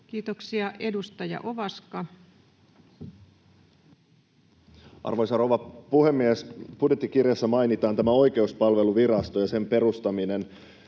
Time: 12:41 Content: Arvoisa rouva puhemies! Budjettikirjassa mainitaan Oikeuspalveluvirasto ja sen perustaminen.